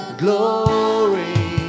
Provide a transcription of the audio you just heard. glory